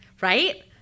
right